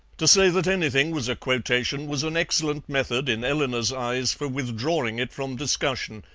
to say that anything was a quotation was an excellent method, in eleanor's eyes, for withdrawing it from discussion,